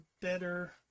better